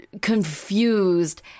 confused